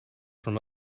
from